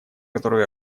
которую